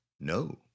No